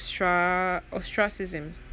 ostracism